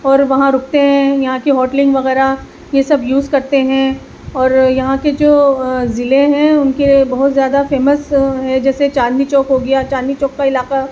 اور وہاں رکتے ہیں یہاں کی ہوٹلنگ وغیرہ یہ سب یوز کرتے ہیں اور یہاں کے جو ضلعے ہیں ان کے بہت زیادہ فیمس ہے جیسے چاندنی چوک ہو گیا چاندنی چوک کا علاقہ